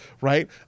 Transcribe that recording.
right